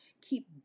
keep